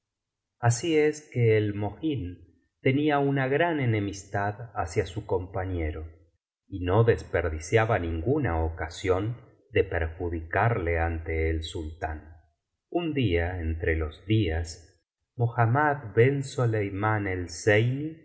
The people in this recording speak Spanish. así es que el mohin tenia una gran enemistad hacia su compañero y no desperdiciaba ninguna ocasión de perjudicarle ante el sultán un día entre los días mohammad ben soleimán el zeiní